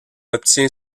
obtient